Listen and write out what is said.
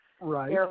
Right